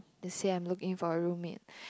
to say I'm looking for a roommate